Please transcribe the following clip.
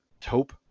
taupe